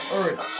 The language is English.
earth